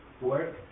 work